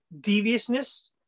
deviousness